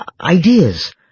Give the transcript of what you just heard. ideas